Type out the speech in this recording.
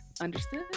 Understood